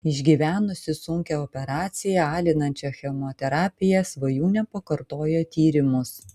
išgyvenusi sunkią operaciją alinančią chemoterapiją svajūnė pakartojo tyrimus